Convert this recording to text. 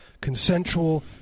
consensual